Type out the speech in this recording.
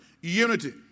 unity